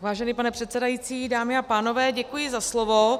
Vážený pane předsedající, dámy a pánové, děkuji za slovo.